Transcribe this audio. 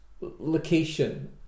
location